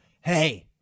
Hey